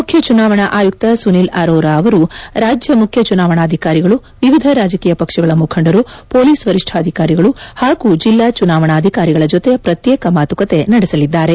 ಮುಖ್ಯ ಚುನಾವಣಾ ಆಯುಕ್ತ ಸುನಿಲ್ ಅರೋರಾ ಅವರು ರಾಜ್ಯ ಮುಖ್ಯ ಚುನಾವಣಾಧಿಕಾರಿಗಳು ವಿವಿಧ ರಾಜಕೀಯ ಪಕ್ಷಗಳ ಮುಖಂಡರು ಪೊಲೀಸ್ ವರಿಷ್ಣಾಧಿಕಾರಿಗಳು ಹಾಗೂ ಜಿಲ್ಲಾ ಚುನಾವಣಾಧಿಕಾರಿಗಳ ಜತೆ ಪತ್ಯೇಕ ಮಾತುಕತೆ ನಡೆಸಲಿದ್ದಾರೆ